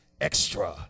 extra